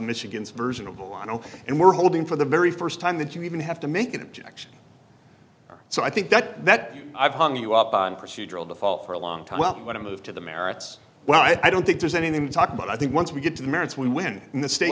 michigan's version of all i know and we're holding for the very first time that you even have to make an objection so i think that that i've hung you up on procedural default for a long time well when it moved to the merits well i don't think there's anything to talk about i think once we get to the merits we win in the state